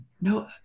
No